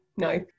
No